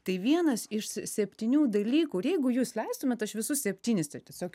tai vienas iš si septynių dalykų ir jeigu jūs leistumėt aš visus septynis taip tiesiog